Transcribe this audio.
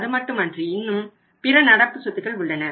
அதுமட்டுமன்றி இன்னும் பிற நடப்பு சொத்துக்கள் உள்ளன